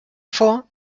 vor